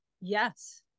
Yes